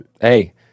Hey